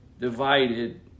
divided